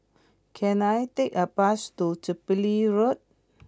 can I take a bus to Jubilee Road